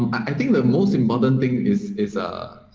i think the most important thing is is ah